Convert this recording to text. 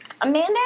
Amanda